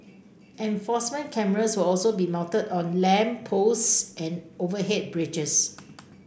enforcement cameras will also be mounted on lamp posts and overhead bridges